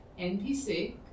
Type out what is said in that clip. NPC